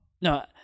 no